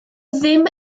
ddim